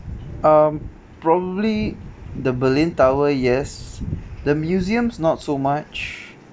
um probably the berlin tower yes the museums not so much